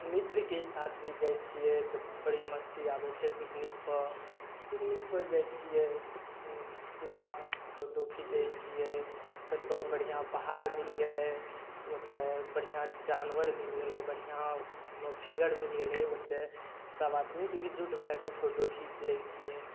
मित्रके साथ भी जाइ छियै तऽ बड़ी मस्ती आबय छै पिकनिकपर पिकनिकपर जाइ छियै पूरा फोटो खीचय छियै कत्तौ बढ़िआँ पहाड़ मिल गेलय ओतय बढ़िआँ जानवर मिल गेलय बढ़िआँ कोनो फिगर मिल गेलय ओतय सब आदमी एकजुट भए कऽ फोटो खीच लै छियै